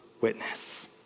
witness